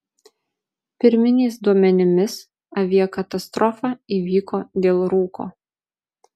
pirminiais duomenimis aviakatastrofa įvyko dėl rūko